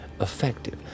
effective